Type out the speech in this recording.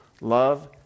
love